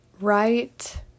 right